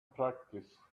practice